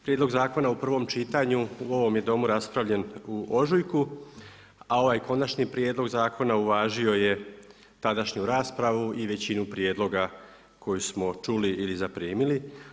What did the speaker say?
Prijedlog zakona u prvom čitanju u ovom je Domu raspravljen u ožujku, a ovaj konačni prijedlog zakona uvažio je tadašnju raspravu i većinu prijedloga koju samo čuli ili zaprimili.